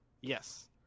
Yes